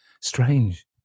Strange